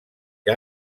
que